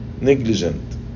negligent